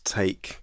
take